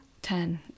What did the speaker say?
Ten